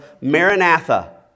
Maranatha